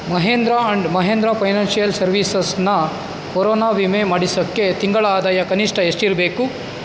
Mahindra and Mahindra financial ಸರ್ವೀಸಸ್ನ corona ವಿಮೆ ಮಾಡಿಸೋಕ್ಕೆ ತಿಂಗಳ ಆದಾಯ ಕನಿಷ್ಟ ಎಷ್ಟಿರಬೇಕು